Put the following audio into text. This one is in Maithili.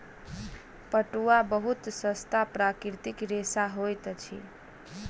पटुआ बहुत सस्ता प्राकृतिक रेशा होइत अछि